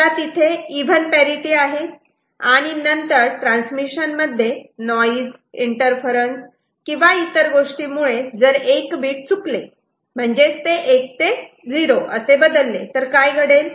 समजा तिथे even parity आहे आणि नंतर ट्रान्समिशन मध्ये नॉईज इंटरर्फरन्स किंवा इतर गोष्टीमुळे जर एक बीट चुकले म्हणजेच 1 ते 0 असे बदलले तर काय घडेल